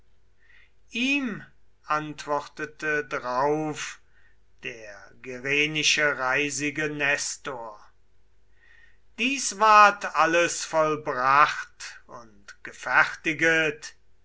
ihm antwortete drauf der gerenische reisige nestor dies ward alles vollbracht und gefertiget